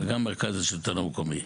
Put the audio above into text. וגם מרכז השלטון המקומי.